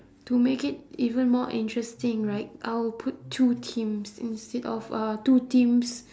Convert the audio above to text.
to make it even more interesting right I would put two teams instead of uh two teams